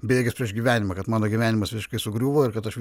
bejėgis prieš gyvenimą kad mano gyvenimas visiškai sugriuvo ir kad aš